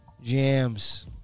Jams